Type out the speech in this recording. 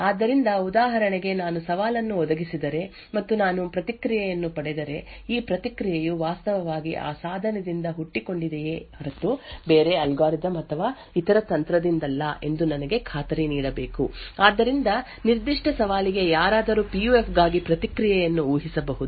ಆದ್ದರಿಂದ ಉದಾಹರಣೆಗೆ ನಾನು ಸವಾಲನ್ನು ಒದಗಿಸಿದರೆ ಮತ್ತು ನಾನು ಪ್ರತಿಕ್ರಿಯೆಯನ್ನು ಪಡೆದರೆ ಈ ಪ್ರತಿಕ್ರಿಯೆಯು ವಾಸ್ತವವಾಗಿ ಆ ಸಾಧನದಿಂದ ಹುಟ್ಟಿಕೊಂಡಿದೆಯೇ ಹೊರತು ಬೇರೆ ಅಲ್ಗಾರಿದಮ್ ಅಥವಾ ಇತರ ತಂತ್ರದಿಂದಲ್ಲ ಎಂದು ನನಗೆ ಖಾತರಿ ನೀಡಬೇಕು ಆದ್ದರಿಂದ ನಿರ್ದಿಷ್ಟ ಸವಾಲಿಗೆ ಯಾರಾದರೂ ಪಿ ಯು ಎಫ್ ಗಾಗಿ ಪ್ರತಿಕ್ರಿಯೆಯನ್ನು ಊಹಿಸಬಹುದು